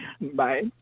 Bye